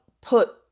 put